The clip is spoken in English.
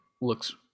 looks